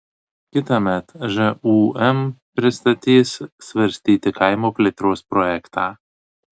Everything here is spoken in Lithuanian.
kitąmet žūm pristatys svarstyti kaimo plėtros projektą